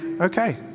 okay